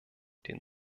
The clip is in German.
den